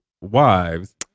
wives